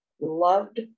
loved